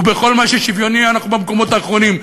ובכל מה ששוויוני אנחנו במקומות האחרונים.